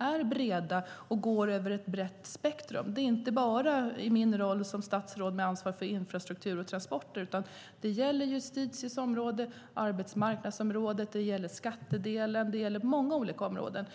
jag bredden, att de sträcker sig över ett brett spektrum. Det gäller inte bara min roll som statsråd med ansvar för infrastruktur och transporter. Det gäller också justitieområdet, arbetsmarknadsområdet, skattedelen och många andra områden.